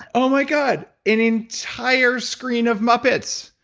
oh, my god, an entire screen of muppets.